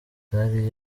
zari